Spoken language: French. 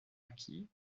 acquis